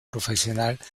profesional